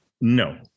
No